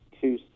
two